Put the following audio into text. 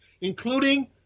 including